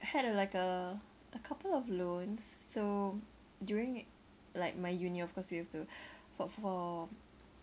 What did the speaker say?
I had a like a a couple of loans so during like my uni of course we have to fork for